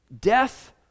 death